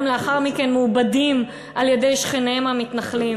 לאחר מכן מעובדים על-ידי שכניהם המתנחלים.